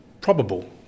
probable